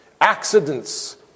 accidents